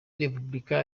repubulika